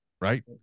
right